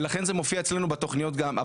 ולכן זה מופיע אצלנו בתוכניות גם.